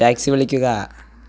taxi വിളിക്കുക